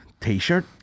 T-shirt